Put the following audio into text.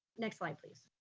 next slide, please.